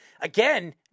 again